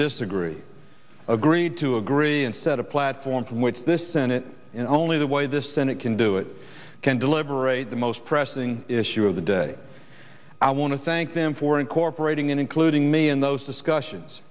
disagree agreed to agree and set a platform from which this senate only the way the senate can do it can deliberate the most pressing issue of the day i want to thank them for incorporating including me in those discussions